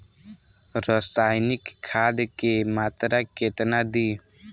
रसायनिक खाद के मात्रा केतना दी?